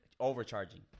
overcharging